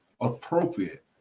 appropriate